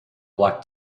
black